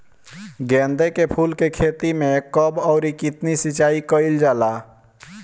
गेदे के फूल के खेती मे कब अउर कितनी सिचाई कइल जाला?